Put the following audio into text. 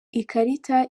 ikarita